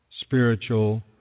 spiritual